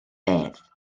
bedd